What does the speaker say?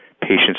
patients